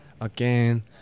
again